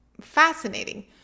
fascinating